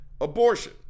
abortion